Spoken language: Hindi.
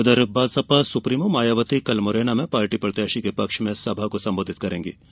उधर बसपा सुप्रीमो मायावती कल मुरैना में पार्टी प्रत्याशी के पक्ष में सभा को संबोधित करेगीं